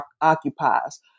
occupies